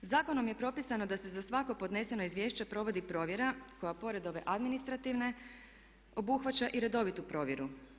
Zakonom je propisano da se za svako podneseno izvješće provodi provjera koja pored ove administrativne obuhvaća i redovitu provjeru.